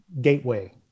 gateway